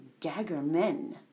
daggermen